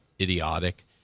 idiotic